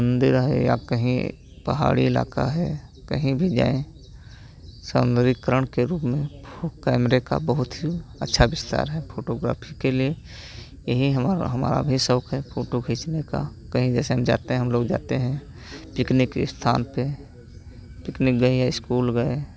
मन्दिर है या कहीं पहाड़ी इलाका है कहीं भी जाएँ सौन्दर्यीकरण के रूप में कैमरे का बहुत ही अच्छा विस्तार है फ़ोटोग्राफी के लिए यही हमा हमारा भी शौक है फ़ोटो खींचने का कहीं जैसे हम जाते हैं हमलोग जाते हैं पिकनिक स्थान पर पिकनिक गए या स्कूल गए